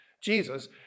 Jesus